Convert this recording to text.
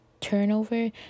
turnover